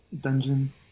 dungeon